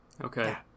Okay